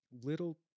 little